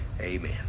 Amen